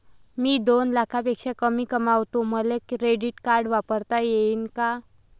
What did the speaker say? मी दोन लाखापेक्षा कमी कमावतो, मले क्रेडिट कार्ड वापरता येईन का?